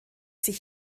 sich